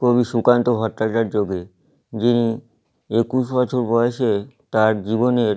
কবি সুকান্ত ভট্টাচার্যকে যিনি একুশ বছর বয়সে তার জীবনের